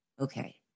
okay